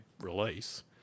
release